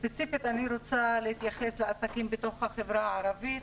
ספציפית אני רוצה להתייחס לעסקים בחברה הערבית